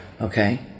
Okay